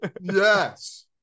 Yes